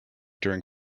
during